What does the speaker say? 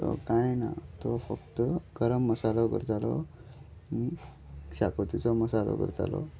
तो कांय ना तो फक्त गरम मसालो करतालो शाकोतीचो मसालो करतालो